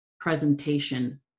presentation